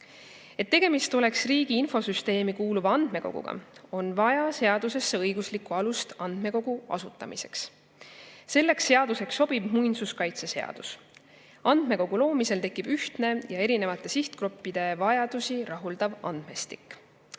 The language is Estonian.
Et tegemist oleks riigi infosüsteemi kuuluva andmekoguga, on vaja seadusesse õiguslikku alust andmekogu asutamiseks. Selleks seaduseks sobib muinsuskaitseseadus. Andmekogu loomisel tekib ühtne ja erinevate sihtgruppide vajadusi rahuldav andmestik.